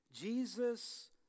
Jesus